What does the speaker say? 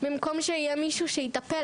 במקום שיהיה מישהו שיטפל.